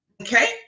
Okay